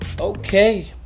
Okay